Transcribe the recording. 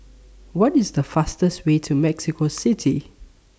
What IS The fastest Way to Mexico City